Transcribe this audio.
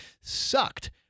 sucked